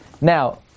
Now